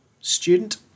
student